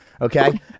Okay